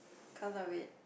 cause of it